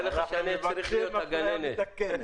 ועדת משנה בראשותו של דב חנין.